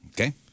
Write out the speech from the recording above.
Okay